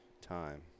time